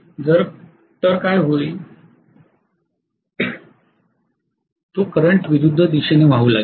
तर काय होईल तो करंट विरुद्ध दिशेने वाहू लागेल